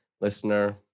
Listener